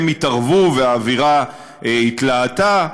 התערבו והאווירה התלהטה,